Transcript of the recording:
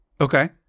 Okay